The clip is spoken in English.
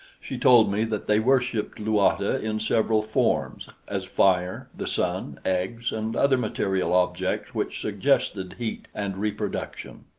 she told me that they worshiped luata in several forms, as fire, the sun, eggs and other material objects which suggested heat and reproduction.